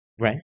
Right